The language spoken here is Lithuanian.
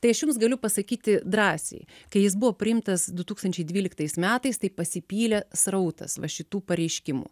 tai aš jums galiu pasakyti drąsiai kai jis buvo priimtas du tūkstančiai dvyliktais metais tai pasipylė srautas va šitų pareiškimų